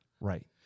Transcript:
Right